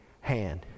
hand